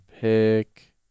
pick